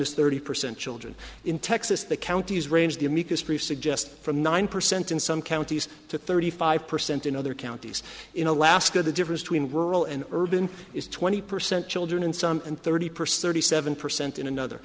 it's thirty percent children in texas the counties range the amicus briefs suggest from nine percent in some counties to thirty five percent in other counties in alaska the difference between rural and urban is twenty percent children in some and thirty percent seven percent in another